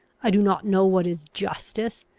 i do not know what is justice.